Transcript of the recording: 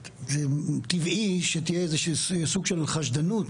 טבעי שתהיה איזושהי סוג של חדשנות,